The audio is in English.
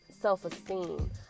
self-esteem